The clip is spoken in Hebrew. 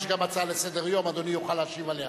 יש גם הצעה לסדר-היום, ואדוני יוכל להשיב עליה.